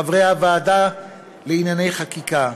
חברי הוועדה לענייני חקיקה,